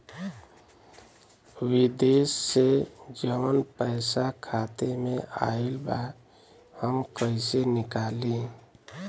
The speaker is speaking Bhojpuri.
विदेश से जवन पैसा खाता में आईल बा हम कईसे निकाली?